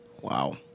Wow